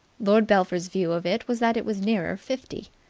lord belpher's view of it was that it was nearer fifty.